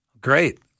Great